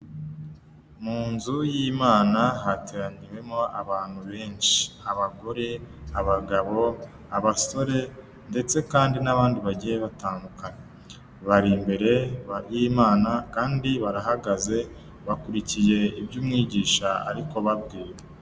Mu nzu y'Imana hateraniyemo abantu benshi: abagore, abagabo, abasore ndetse kandi n'abandi bagiye batandukanye. Bari imbere y'Imana kandi barahagaze bakurikiye iby'umwigisha ari kubabwira.